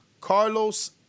Carlos